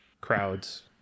crowds